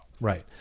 right